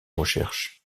recherches